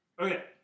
Okay